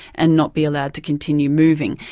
and not be allowed to continue moving.